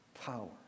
power